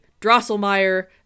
Drosselmeyer